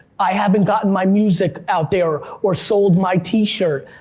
i haven't gotten my music out there, or sold my tee shirt.